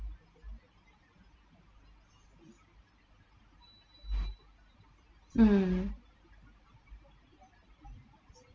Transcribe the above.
mm